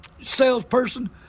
salesperson